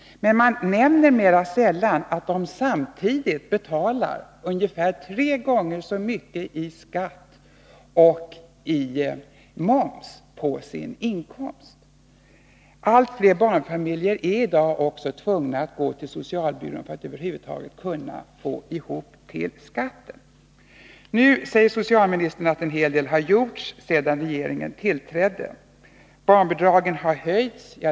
Men man nämner mera sällan att familjen samtidigt betalar ungefär tre gånger så mycket i skatt och moms. Allt fler barnfamiljer är i dag också tvungna att gå till socialbyrån för att över huvud taget kunna få ihop till skatten. Socialministern säger att en hel del har gjorts sedan regeringen tillträdde. Han säger att barnbidragen har höjts.